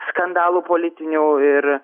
skandalų politinių ir